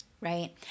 Right